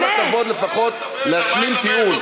תנו לה כבוד, לפחות להשלים טיעון.